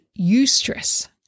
eustress